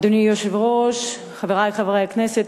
אדוני היושב-ראש, חברי חברי הכנסת,